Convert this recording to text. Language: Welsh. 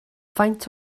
faint